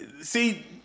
See